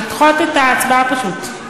לדחות את ההצבעה פשוט.